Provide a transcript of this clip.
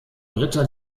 ritter